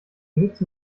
sitzen